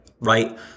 right